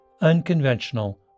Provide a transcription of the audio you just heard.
unconventional